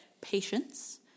Patience